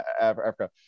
Africa